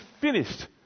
finished